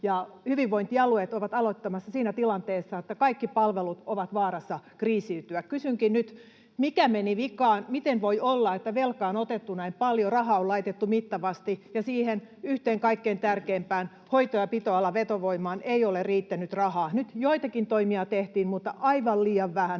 hyvinvointialueet ovat aloittamassa siinä tilanteessa, että kaikki palvelut ovat vaarassa kriisiytyä. Kysynkin nyt: Mikä meni vikaan? Miten voi olla, että velkaa on otettu näin paljon? Rahaa on laitettu mittavasti, ja siihen yhteen, kaikkein tärkeimpään, hoitoalan pito- ja vetovoimaan, ei ole riittänyt rahaa. Nyt joitakin toimia tehtiin, mutta aivan liian vähän,